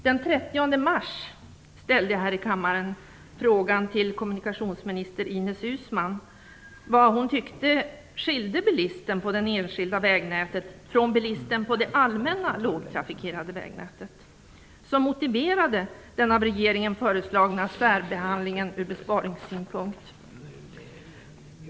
Den 30 mars ställde jag här i kammaren frågan till kommunikationsminister Ines Uusmann vad hon tyckte skilde bilisten på det enskilda vägnätet från bilisten på det allmänna lågtrafikerade vägnätet, som motiverade den av regeringen föreslagna särbehandlingen ur besparingssynpunkt.